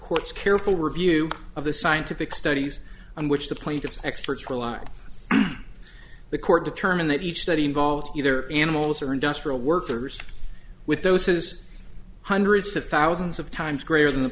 court's careful review of the scientific studies on which the plaintiff's experts rely on the court determined that each study involved either animals or industrial workers with those is hundreds of thousands of times greater than the